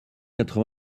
quatre